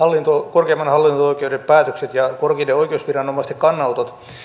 korkeimman hallinto oikeuden päätökset ja korkeiden oikeusviranomaisten kannanotot